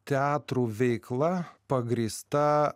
teatrų veikla pagrįsta